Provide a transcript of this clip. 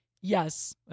Yes